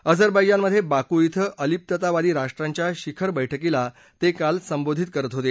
अझर बैजनामधे बाकू क्रि अलिप्ततावादी राष्ट्रांच्या शिखर बैठकीला काल ते संबोधित करत होते